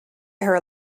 her